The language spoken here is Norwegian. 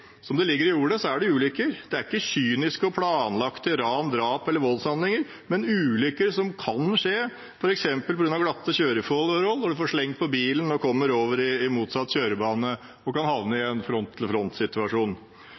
Som det ligger i ordet, er det ulykker – det er ikke kyniske og planlagte ran, drap eller voldshandlinger, men ulykker som kan skje, f.eks. på grunn av glatte kjøreforhold når man får sleng på bilen og kommer over i motsatt kjørebane og kan havne i